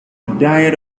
diet